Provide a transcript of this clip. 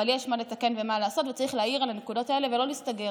אבל יש מה לתקן ומה לעשות וצריך להעיר על הנקודות האלה ולא להסתגר,